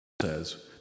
says